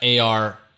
AR